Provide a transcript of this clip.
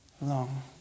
long